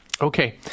Okay